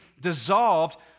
dissolved